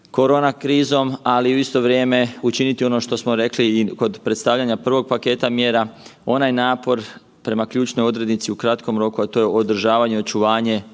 korona krizom, ali u isto vrijeme učiniti ono što smo rekli i kod predstavljanja prvog paketa mjera, onaj napor prema ključnoj odrednici u kratkom roku, a to je održavanje i očuvanje